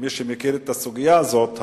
כמי שמכיר את הסוגיה הזאת,